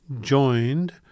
joined